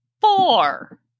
four